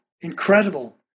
Incredible